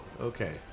Okay